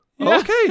okay